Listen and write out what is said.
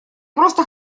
просто